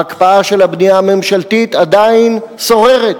ההקפאה של הבנייה הממשלתית עדיין שוררת